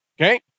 Okay